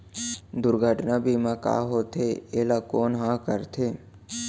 दुर्घटना बीमा का होथे, एला कोन ह करथे?